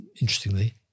interestingly